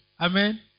Amen